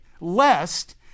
lest